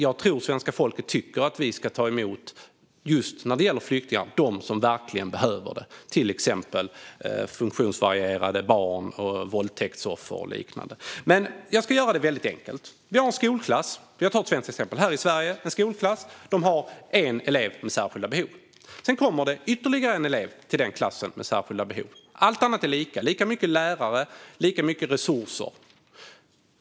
Jag tror att svenska folket just när det gäller flyktingar tycker att vi ska ta emot dem som verkligen behöver det, till exempel funktionsvarierade barn, våldtäktsoffer och liknande. Jag ska göra det väldigt enkelt. Jag ska ta ett svenskt exempel. Vi har en skolklass här i Sverige som har en elev med särskilda behov. Sedan kommer det ytterligare en elev med särskilda behov till den klassen. Allt annat är lika. Det är lika många lärare och lika mycket resurser.